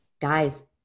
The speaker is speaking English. guys